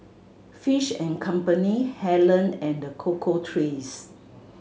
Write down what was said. Fish and Company Helen and The Cocoa Trees